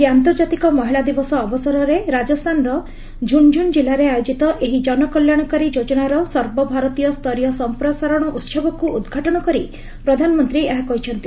ଆଜି ଆନ୍ତର୍ଜାତିକ ମହିଳା ଦିବସ ଅବସରରେ ରାଜସ୍ଥାନର ଝୁନ୍ଝୁନୁ ଜିଲ୍ଲାରେ ଆୟୋଜିତ ଏହି ଜନକଲ୍ୟାଣକାରୀ ଯୋଜନାର ସର୍ବଭାରତୀୟ ସ୍ତରୀୟ ସମ୍ପ୍ରସାରଣ ଉତ୍ସବକୃ ଉଦ୍ଘାଟନ କରି ପ୍ରଧାନମନ୍ତ୍ରୀ ଏହା କହିଛନ୍ତି